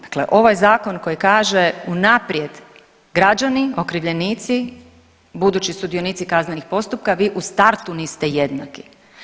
Dakle, ovo je zakon koji kaže unaprijed građani, okrivljenici, budući sudionici kaznenih postupaka vi u startu niste jednaki.